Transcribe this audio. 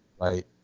right